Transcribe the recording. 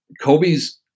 Kobe's